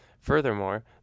Furthermore